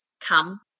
come